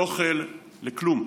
לאוכל, לכלום.